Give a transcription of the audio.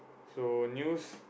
so news